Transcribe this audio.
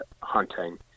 hunting